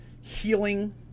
healing